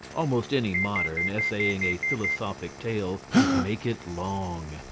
almost any modern, essaying a philosophic tale, would make it long.